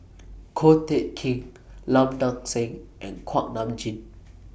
Ko Teck Kin Lim Nang Seng and Kuak Nam Jin